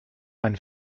einen